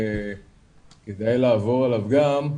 כדאי לעבור עליו גם.